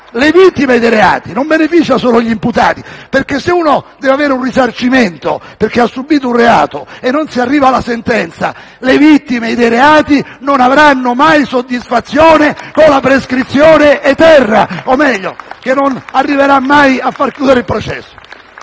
le vittime dei reati; di essa non ne beneficiano solo gli imputati. Se una persona infatti deve avere un risarcimento perché ha subìto un reato e non si arriva alla sentenza, le vittime dei reati non avranno mai soddisfazione con la prescrizione eterna o, meglio, che non arriverà mai a far chiudere il processo.